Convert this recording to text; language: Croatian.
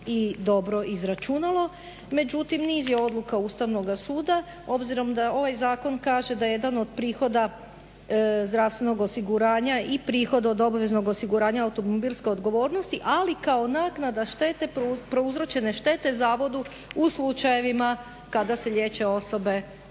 dobro izračunalo. Međutim, niz je odluka ustavnog suda. Obzirom da ovaj zakon kaže da jedan od prihoda zdravstvenog osiguranja i prihod od obveznog osiguranja automobilske odgovornosti ali kao naknada štete prouzročene štete zavodu u slučajevima kada se liječe osobe